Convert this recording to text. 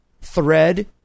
thread